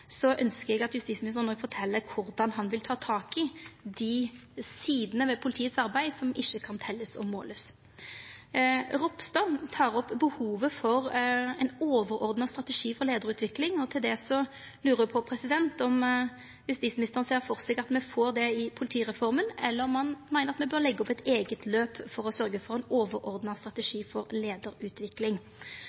eg at justisministeren òg fortel korleis han vil ta tak i dei sidene ved politiets arbeid som ikkje kan teljast og målast. Ropstad tek opp behovet for ein overordna strategi for leiarutvikling, og til det lurer eg på om justisministeren ser for seg at me får det i politireforma, eller om han meiner at me bør leggja opp eit eige løp for å sørgja for ein overordna strategi for